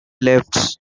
left